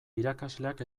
irakasleak